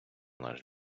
наш